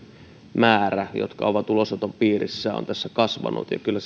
määrä jotka ovat ulosoton piirissä on tässä kasvanut kyllä